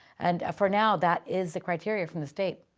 and for now that is the criteria from the state.